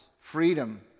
freedom